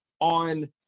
On